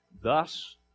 Thus